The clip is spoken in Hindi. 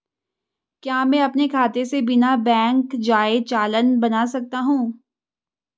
क्या मैं अपने खाते से बिना बैंक जाए चालान बना सकता हूँ?